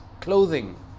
clothing